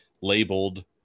labeled